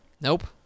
Nope